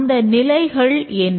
அந்த நிலைகள் என்ன